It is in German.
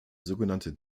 sogenannte